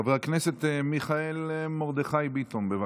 חבר הכנסת מיכאל מרדכי ביטון, בבקשה.